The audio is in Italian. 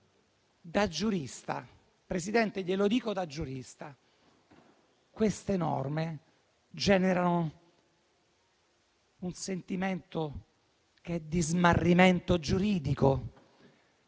istituzionale. Presidente, glielo dico da giurista: queste norme generano un sentimento che è di smarrimento giuridico.